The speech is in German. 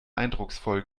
eindrucksvoll